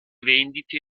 vendite